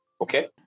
okay